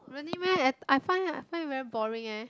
really meh as I find I find very boring eh